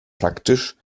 praktisch